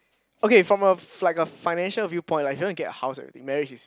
okay from a like a financial view point like if you want to get a house and everything marriage is